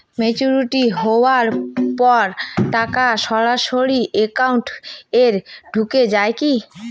Maturity হওয়ার পর টাকা সরাসরি একাউন্ট এ ঢুকে য়ায় কি?